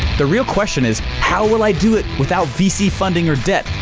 the real question is, how well i do it without vc funding or debt,